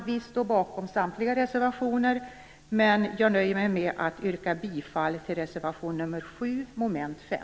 Vi står bakom samtliga våra reservationer, men jag nöjer mig med att yrka bifall till reservation nr 7, mom. 5.